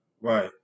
Right